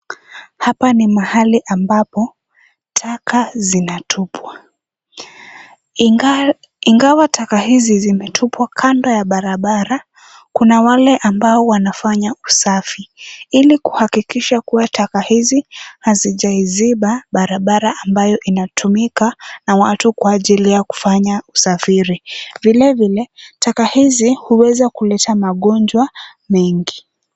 Hapa ni mahali ambapo taka zinatupwa. Ingawa taka hizi zimetupwa kando ya barabara, kuna wale ambao wanafanya usafi, ili kuhakikisa kuwa taka hizi hazijaiziba barabara ambayo inatumika na watu kwa ajili ya kufanya usafiri. Vilevile taka hizi huweza kuleta magonjwa mengi.